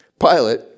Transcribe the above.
Pilate